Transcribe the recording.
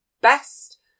best